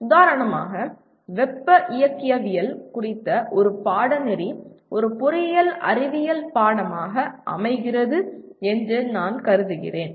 உதாரணமாக வெப்ப இயக்கவியல் குறித்த ஒரு பாடநெறி ஒரு பொறியியல் அறிவியல் பாடமாக அமைகிறது என்று நான் கருதுகிறேன்